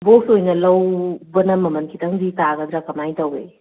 box ꯑꯣꯏꯅ ꯂꯧꯕꯅ ꯃꯃꯜ ꯈꯤꯇꯪꯗꯤ ꯇꯥꯒꯗ꯭ꯔꯥ ꯀꯃꯥꯏꯅ ꯇꯧꯋꯤ